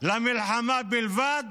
למלחמה בלבד,